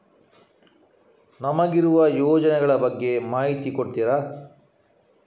ನಮಗಿರುವ ಯೋಜನೆಗಳ ಬಗ್ಗೆ ಮಾಹಿತಿ ಕೊಡ್ತೀರಾ?